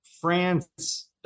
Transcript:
France